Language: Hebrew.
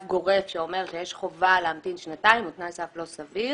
גורף שאומר שיש חובה להמתין שנתיים הוא תנאי סף לא סביר,